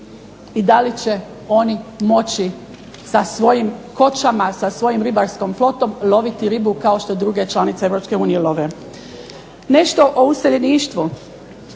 i da li će oni moći sa svojim kočama, sa svojom ribarskom flotom loviti ribu kao što druge članice Europske unije love. Nešto o useljeništvu.